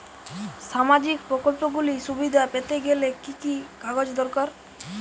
সামাজীক প্রকল্পগুলি সুবিধা পেতে গেলে কি কি কাগজ দরকার?